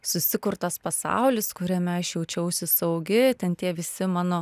susikurtas pasaulis kuriame aš jaučiausi saugi ten tie visi mano